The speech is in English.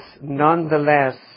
nonetheless